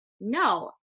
no